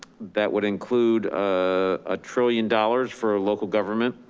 that would include a trillion dollars for local government,